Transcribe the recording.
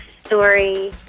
story